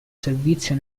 servizio